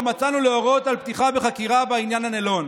לא מצאנו להורות על פתיחה בחקירה בעניין הנילון,